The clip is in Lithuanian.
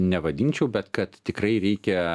nevadinčiau bet kad tikrai reikia